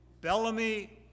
Bellamy